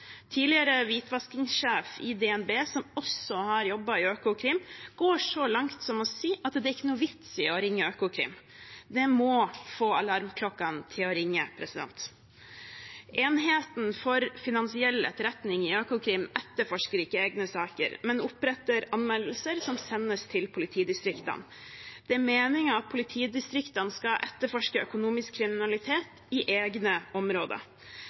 Tidligere hvitvaskingssjef i DNB, som også har jobbet i Økokrim, går så langt som å si at det ikke er noen vits å ringe Økokrim. Det må få alarmklokkene til å ringe. Enheten for finansiell etterretning i Økokrim etterforsker ikke egne saker, men oppretter anmeldelser som sendes til politidistriktene. Det er meningen at politidistriktene skal etterforske økonomisk kriminalitet i egne områder,